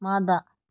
ꯃꯥꯗ